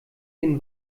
den